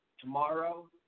tomorrow